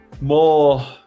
more